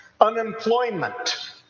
unemployment